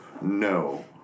no